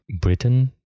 Britain